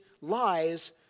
lies